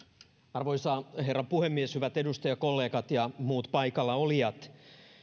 arvoisa herra puhemies hyvät edustajakollegat ja muut paikalla olijat